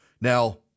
Now